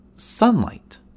Sunlight